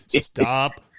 Stop